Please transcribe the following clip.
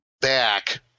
back